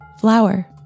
Flower